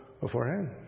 beforehand